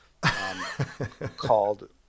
called